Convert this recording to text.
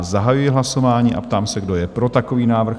Zahajuji hlasování a ptám se, kdo je pro takový návrh?